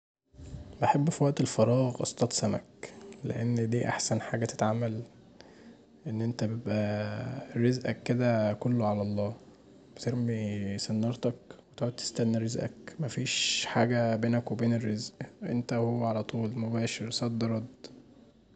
أحب في وقت الفراغ اصطاد سمك، لان دي احسن حاجه تتعمل ان انت بيبقي رزقك كدا كله علي الله، بترمي صنارتك وتقعد تستني رزقك، مفيش حاجه بينك وبين الرزق، انت وعلي طول مباشر صد رد